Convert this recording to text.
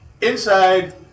inside